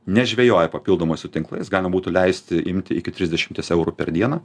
nežvejoja papildomai su tinklais galima būtų leisti imti iki trisdešimties eurų per dieną